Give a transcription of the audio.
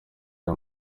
aya